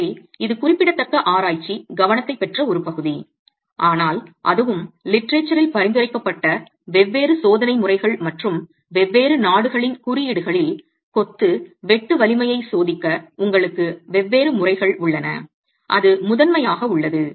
எனவே இது குறிப்பிடத்தக்க ஆராய்ச்சிக் கவனத்தைப் பெற்ற ஒரு பகுதி ஆனால் அதுவும் லிட்டரேச்சர் ல் பரிந்துரைக்கப்பட்ட வெவ்வேறு சோதனை முறைகள் மற்றும் வெவ்வேறு நாடுகளின் குறியீடுகளில் கொத்து வெட்டு வலிமையை சோதிக்க உங்களுக்கு வெவ்வேறு முறைகள் உள்ளன அது முதன்மையாக உள்ளது